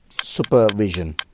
Supervision